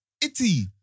Itty